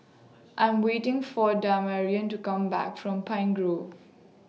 I'm waiting For Damarion to Come Back from Pine Grove